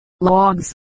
logs